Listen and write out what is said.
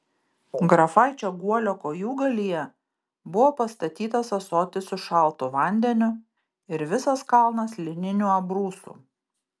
grafaičio guolio kojūgalyje buvo pastatytas ąsotis su šaltu vandeniu ir visas kalnas lininių abrūsų